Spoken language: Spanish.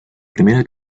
primera